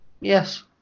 Yes